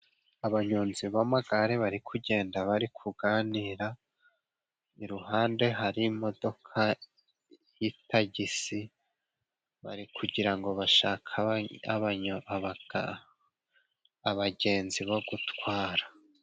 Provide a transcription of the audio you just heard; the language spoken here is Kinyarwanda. Abanyonzi b'amagare bari kugenda bari kuganira iruhande hari imodoka y'itagisi bari kugira ngo bashake abagenzi bo gutwara.